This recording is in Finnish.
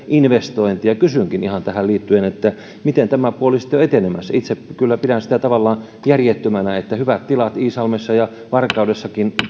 investointeja kysynkin ihan tähän liittyen miten tämä puoli on etenemässä itse kyllä pidän tavallaan järjettömänä sitä että kun on ollut hyvät tilat iisalmessa ja varkaudessakin